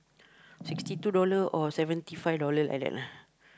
sixty two dollar or seventy five dollar like that lah